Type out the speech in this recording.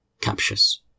captious